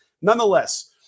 Nonetheless